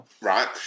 Right